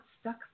stuck